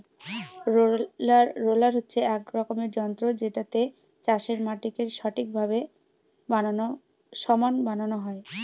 roller হচ্ছে এক রকমের যন্ত্র যেটাতে চাষের মাটিকে ঠিকভাবে সমান বানানো হয়